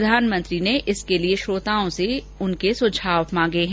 प्रधानमंत्री ने इसके लिए श्रोताओं से सुझाव मांगे हैं